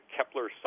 Kepler